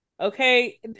Okay